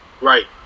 Right